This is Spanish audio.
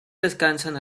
descansan